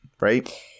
right